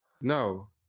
No